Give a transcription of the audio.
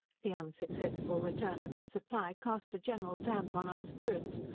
the unsuccessful return of the supply cast a general damp on our spirits,